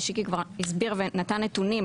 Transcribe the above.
ושיקי כבר הסביר ונתן נתונים,